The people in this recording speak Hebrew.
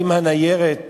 אם הניירת